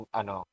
ano